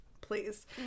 please